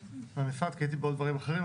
אני עקבתי אחריו מהמשרד כי הייתי בעוד דברים אחרים,